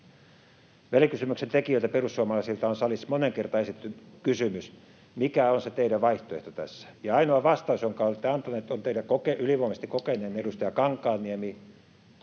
Välikysymyksen tekijöille, perussuomalaisille, on salissa moneen kertaan esitetty kysymys, mikä on se teidän vaihtoehtonne tässä, ja ainoa vastaus, jonka olette antaneet, tuli teidän ylivoimaisesti kokeneimmalta edustajaltanne